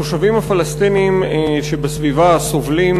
התושבים הפלסטינים שבסביבה סובלים